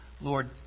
Lord